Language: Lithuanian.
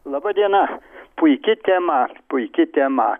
laba diena puiki tema puiki tema